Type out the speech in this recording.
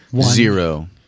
zero